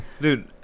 dude